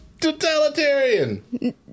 totalitarian